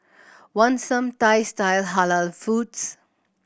want some Thai style Halal foods